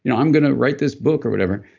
and i'm going to write this book or whatever.